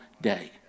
day